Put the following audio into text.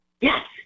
Yes